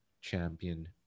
champion